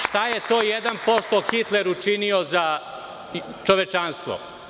Šta je to 1% Hitler učinio za čovečanstvo?